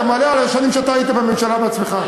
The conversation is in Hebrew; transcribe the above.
אתה מעלה על השנים שאתה היית בממשלה בעצמך.